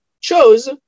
chose